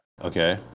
okay